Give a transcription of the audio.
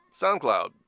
SoundCloud